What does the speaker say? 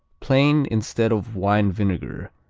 plain instead of wine vinegar,